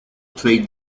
play